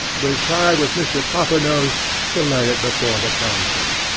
retired with mr. coppernose to lay it before the council.